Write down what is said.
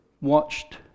watched